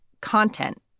content